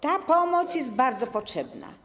Ta pomoc jest bardzo potrzebna.